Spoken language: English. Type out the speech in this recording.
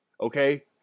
okay